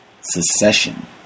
Secession